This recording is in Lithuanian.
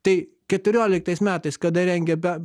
tai keturioliktais metais kada rengė be